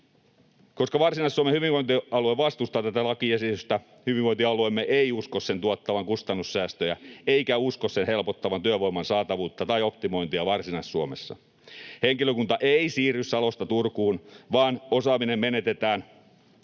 Koska Varsinais-Suomen hyvinvointialue vastustaa tätä lakiesitystä, hyvinvointialueemme ei usko sen tuottavan kustannussäästöjä eikä usko sen helpottavan työvoiman saatavuutta tai optimointia Varsinais-Suomessa. Henkilökunta ei siirry Salosta Turkuun, vaan osaaminen menetetään,